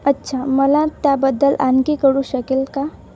अच्छा मला त्याबद्दल आणखी कळू शकेल का